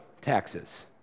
taxes